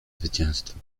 zwycięstwo